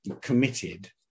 committed